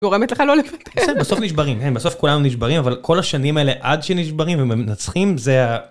גורמת לך לא לוותר -בסדר, בסוף נשברים, אין, בסוף כולנו נשברים אבל כל השנים האלה עד שנשברים ומנצחים זה.